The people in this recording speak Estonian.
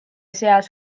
seas